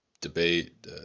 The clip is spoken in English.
debate